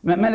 Det är